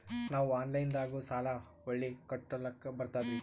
ನಾವು ಆನಲೈನದಾಗು ಸಾಲ ಹೊಳ್ಳಿ ಕಟ್ಕೋಲಕ್ಕ ಬರ್ತದ್ರಿ?